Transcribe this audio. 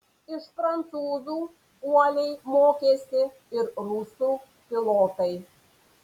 iš prancūzų uoliai mokėsi ir rusų pilotai